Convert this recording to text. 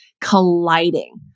colliding